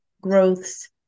growths